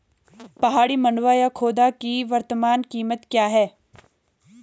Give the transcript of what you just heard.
पहाड़ी मंडुवा या खोदा की वर्तमान कीमत क्या है?